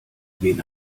wen